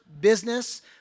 business